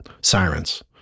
sirens